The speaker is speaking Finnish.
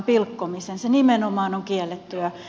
se nimenomaan on kiellettyä